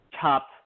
top